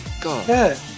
God